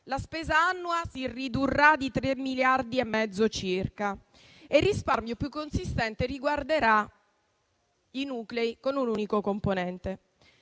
la spesa annua si ridurrà di circa 3,5 miliardi e il risparmio più consistente riguarderà i nuclei con un unico componente.